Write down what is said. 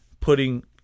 putting